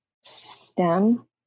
STEM